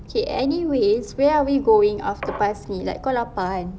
okay anyways where are we going af~ lepas ni like kau lapar kan